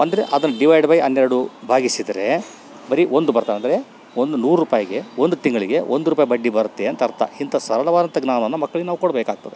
ಅಂದರೆ ಅದನ್ನ divide by ಹನ್ನೆರಡು ಭಾಗಿಸಿದರೆ ಬರಿ ಒಂದು ಬರ್ತದೆ ಅಂದರೆ ಒಂದು ನೂರು ರೂಪಾಯಿಗೆ ಒಂದು ತಿಂಗಳಿಗೆ ಒಂದು ರೂಪಾಯಿ ಬಡ್ಡಿ ಬರುತ್ತೆ ಅಂತ ಅರ್ಥ ಇಂಥ ಸರಳವಾದಂಥ ಜ್ಞಾನವನ್ನ ಮಕ್ಳಿಗೆ ನಾವು ಕೊಡಬೇಕಾಗ್ತದೆ